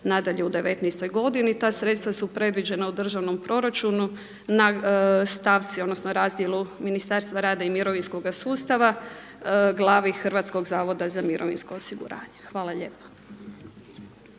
nadalje u devetnaestoj godini. Ta sredstva su predviđena u državnom proračunu na stavci, odnosno razdjelu Ministarstva rada i mirovinskog sustava, glavi Hrvatskog zavoda za mirovinsko osiguranje. Hvala lijepa.